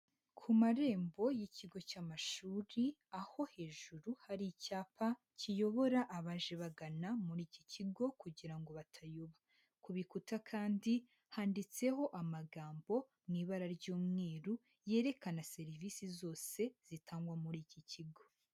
Ku marembo y'ikigo cy'amashuri aho hejuru hari icyapa kiyobora abaje bagana muri iki kigo kugira ngo batayoba, ku bikuta kandi handitseho amagambo mu ibara ry'umweru yerekana serivisi zose zitangwa muri iki kigo